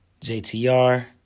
JTR